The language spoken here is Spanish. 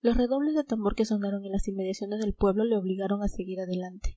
los redobles de tambor que sonaron en las inmediaciones del pueblo le obligaron a seguir adelante